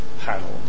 panel